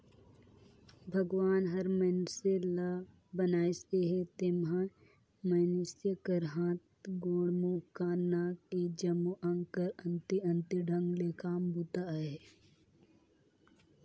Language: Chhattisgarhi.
भगवान हर मइनसे ल बनाइस अहे जेम्हा मइनसे कर हाथ, गोड़, मुंह, कान, नाक ए जम्मो अग कर अन्ते अन्ते ढंग ले काम बूता अहे